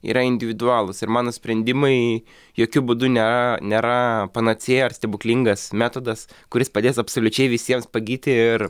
yra individualūs ir mano sprendimai jokiu būdu ne nėra panacėja ar stebuklingas metodas kuris padės absoliučiai visiems pagyti ir